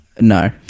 No